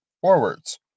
forwards